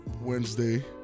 Wednesday